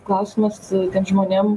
klausimas tiem žmonėm